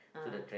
ah